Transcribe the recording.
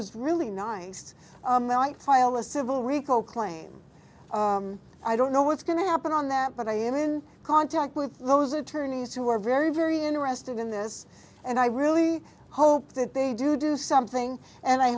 is really nice file a civil rico claim i don't know what's going to happen on that but i am in contact with those attorneys who are very very interested in this and i really hope that they do do something and i